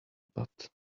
but